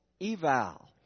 eval